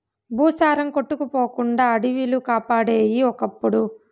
భూసారం కొట్టుకుపోకుండా అడివిలు కాపాడేయి ఒకప్పుడు